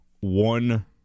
one